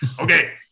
okay